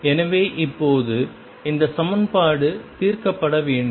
எனவே இப்போது இந்த சமன்பாடு தீர்க்கப்பட வேண்டும்